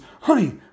Honey